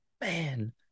man